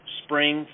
spring